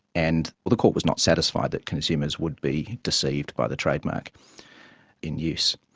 and the court was not satisfied that consumers would be deceived by the trademark in use.